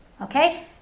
okay